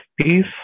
peace